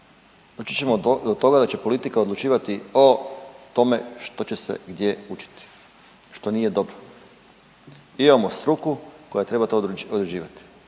doći ćemo do toga da će politika odlučivati o tome što će se gdje učiti što nije dobro. Imamo struku koja treba to odrađivati.